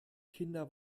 kinder